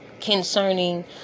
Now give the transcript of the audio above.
concerning